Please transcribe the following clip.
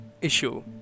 issue